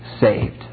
saved